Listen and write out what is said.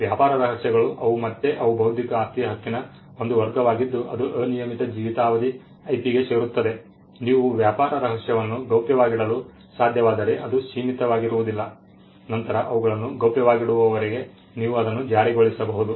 ವ್ಯಾಪಾರ ರಹಸ್ಯಗಳು ಅವು ಮತ್ತೆ ಅವು ಬೌದ್ಧಿಕ ಆಸ್ತಿಯ ಹಕ್ಕಿನ ಒಂದು ವರ್ಗವಾಗಿದ್ದು ಅದು ಅನಿಯಮಿತ ಜೀವಿತಾವಧಿ IP ಗೆ ಸೇರುತ್ತದೆ ನೀವು ವ್ಯಾಪಾರ ರಹಸ್ಯವನ್ನು ಗೌಪ್ಯವಾಗಿಡಲು ಸಾಧ್ಯವಾದರೆ ಅದು ಸೀಮಿತವಾಗಿರುವುದಿಲ್ಲ ನಂತರ ಅವುಗಳನ್ನು ಗೌಪ್ಯವಾಗಿಡುವವರೆಗೆ ನೀವು ಅದನ್ನು ಜಾರಿಗೊಳಿಸಬಹುದು